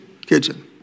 kitchen